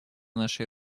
нашей